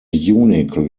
unique